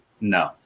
no